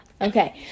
Okay